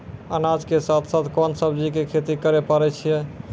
अनाज के साथ साथ कोंन सब्जी के खेती करे पारे छियै?